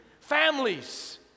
Families